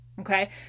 Okay